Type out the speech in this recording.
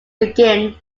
begin